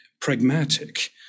pragmatic